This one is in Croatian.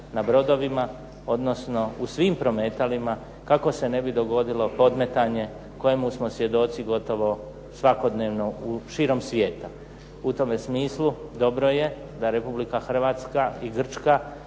na brodovima, odnosno u svim prometalima kako se ne bi dogodilo podmetanje kojemu smo svjedoci gotovo svakodnevno širom svijeta. U tome smislu, dobro je da Republika Hrvatska i Grčka